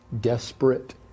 desperate